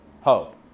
hope